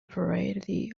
variety